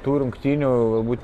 tų rungtynių galbūt